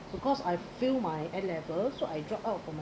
because I fail my A_levels so I drop out from my